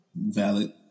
Valid